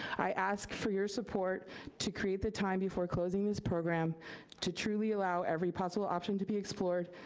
i ask for your support to create the time before closing this program to truly allow every possible option to be explored,